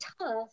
tough